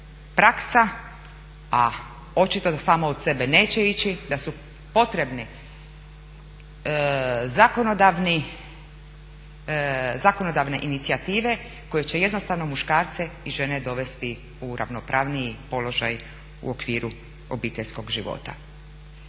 praksa a očito da samo od sebe neće ići da su potrebne zakonodavne inicijative koje će jednostavno muškarce i žene dovesti u ravnopravniji položaj u okvir obiteljskog života.